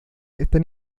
están